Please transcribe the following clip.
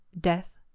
death